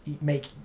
make